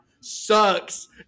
sucks